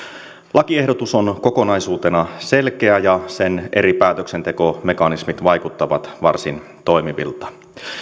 lakiehdotus on kokonaisuutena selkeä ja sen eri päätöksentekomekanismit vaikuttavat varsin toimivilta